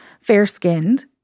fair-skinned